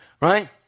right